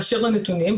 באשר לנתונים,